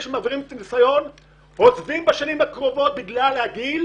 שמחזיקים בניסיון עוזבים בשנים הקרובות בגלל הגיל.